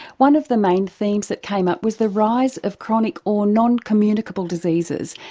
one of the main themes that came up was the rise of chronic or non-communicable diseases.